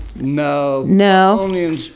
No